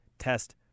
test